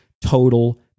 total